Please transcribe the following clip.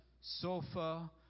sofa